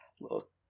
look